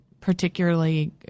particularly